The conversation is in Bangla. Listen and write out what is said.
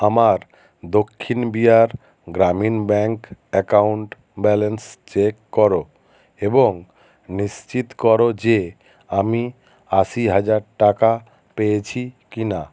আমার Dakshin Bihar Gramin bank account balance check করো এবং নিশ্চিত করো যে আমি আশি হাজার টাকা পেয়েছি কি না